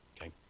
okay